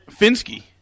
Finsky